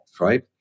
right